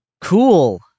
cool